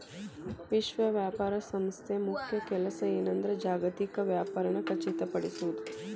ವಿಶ್ವ ವ್ಯಾಪಾರ ಸಂಸ್ಥೆ ಮುಖ್ಯ ಕೆಲ್ಸ ಏನಂದ್ರ ಜಾಗತಿಕ ವ್ಯಾಪಾರನ ಖಚಿತಪಡಿಸೋದ್